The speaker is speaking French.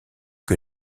que